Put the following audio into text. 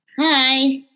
Hi